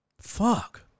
Fuck